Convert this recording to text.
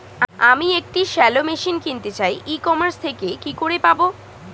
আমি একটি shallow machine কিনতে চাই ই কমার্স থেকে কি করে পাবো?